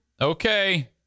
Okay